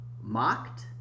mocked